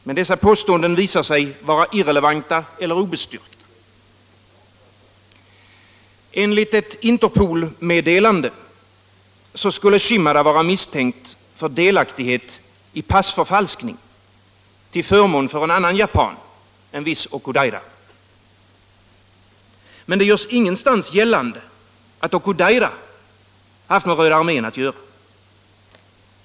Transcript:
Men dessa påståenden visar sig vara irrelevanta eller obestyrkta. Enligt ett Interpolmeddelande skulle Shimada vara misstänkt för delaktighet i passförfalskning till förmån för en annan japan, en viss Okudaira. Men det påstås ingenstans att Okudaira haft med Röda armén att göra.